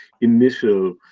initial